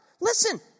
Listen